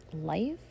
life